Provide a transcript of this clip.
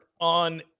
on